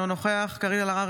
אינו נוכח קארין אלהרר,